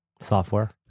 Software